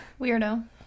Weirdo